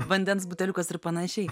vandens buteliukas ir panašiai